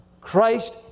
Christ